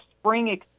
spring